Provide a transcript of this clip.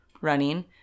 running